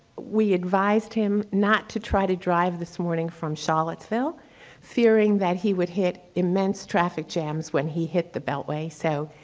we advised him not to try to drive this morning from charlottesville fearing that he would hit immense traffic jams when he hit the beltway. so,